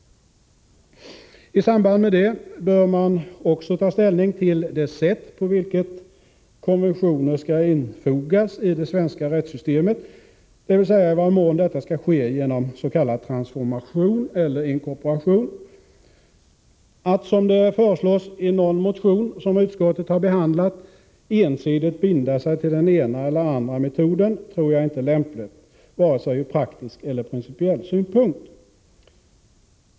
I samband därmed bör man också ta ställning till det sätt på vilket konventioner skall inordnas i det svenska rättssystemet, dvs. i vad mån detta skall ske genom s.k. transformation eller inkorporation. Att, som det föreslås i någon motion som utskottet har behandlat, ensidigt binda sig till den ena eller andra metoden tror jag inte är lämpligt, vare sig ur praktisk eller principiell synpunkt.